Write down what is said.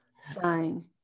sign